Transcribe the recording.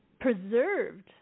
preserved